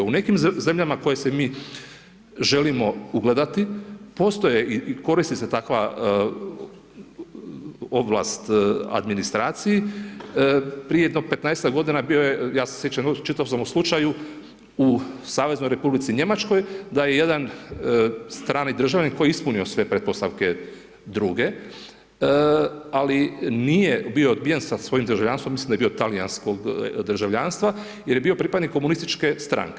U nekim zemljama u koje se mi želimo ugledati, postoje i koristi se takva ovlast administraciji, prije jedno 15-tak godina, bio je ja se sjećam, čitao sam o slučaju, u Saveznoj Republici Njemačkoj, da je jedan strani državljanin, koji je ispunio sve pretpostavke druge, ali nije bio odbijen sa svojim državljanstvom, mislim da je bio talijanskog državljanstva, jer je bio pripadnik komunističke stranke.